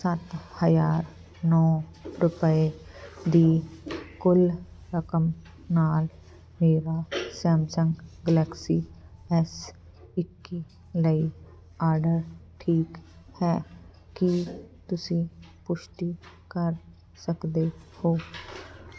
ਸੱਤ ਹਜ਼ਾਰ ਨੌ ਰੁਪਏ ਦੀ ਕੁੱਲ ਰਕਮ ਨਾਲ ਮੇਰਾ ਸੈਮਸੰਗ ਗਲੈਕਸੀ ਐੱਸ ਇੱਕੀ ਲਈ ਆਰਡਰ ਠੀਕ ਹੈ ਕੀ ਤੁਸੀਂ ਪੁਸ਼ਟੀ ਕਰ ਸਕਦੇ ਹੋ